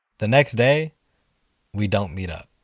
the next day we don't meet up.